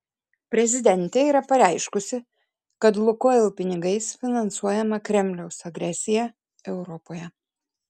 prezidentė yra pareiškusi kad lukoil pinigais finansuojama kremliaus agresija europoje